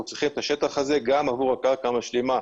צריכים את השטח הזה גם עבור הקרקע המשלימה.